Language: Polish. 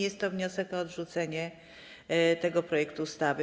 Jest to wniosek o odrzucenie tego projektu ustawy.